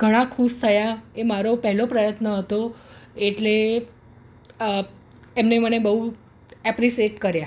ઘણાં ખુશ થયા એ મારો પહેલો પ્રયત્ન હતો એટલે એમણે મને બહુ એપ્રિસેટ કર્યા